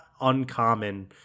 uncommon